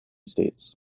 states